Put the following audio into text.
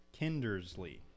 Kindersley